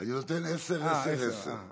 אני נותן עשר, עשר, עשר.